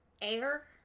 Air